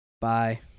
Bye